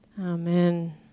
Amen